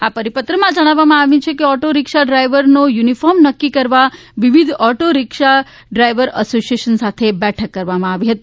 આ પરિપત્રમાં જણાવવામાં આવ્યું છે કે ઓટો રિક્ષા ડ્રાઈવર્સનો યુનિફોર્મ નક્કી કરવા વિવિધ ઓટો રીક્ષા ડ્રાઈવર્સ એસોસિયેશન સાથે બેઠક કરવામાં આવી હતી